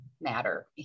matter